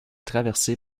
traversée